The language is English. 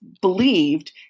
believed